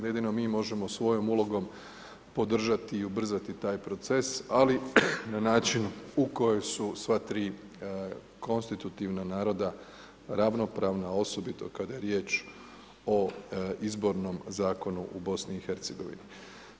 Jedino mi možemo svojom ulogom podržati i ubrzati taj proces ali na način u kojem su sva tri konstitutivna naroda ravnopravna osobito kada je riječ o Izbornom zakonu u BiH-a.